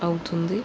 అవుతుంది